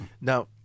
Now